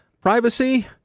privacy